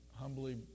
humbly